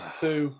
two